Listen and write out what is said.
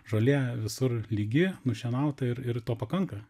žolė visur lygi nušienauta ir ir to pakanka